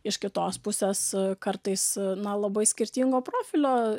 iš kitos pusės kartais na labai skirtingo profilio